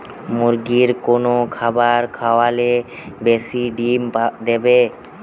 মুরগির কোন খাবার খাওয়ালে বেশি ডিম দেবে?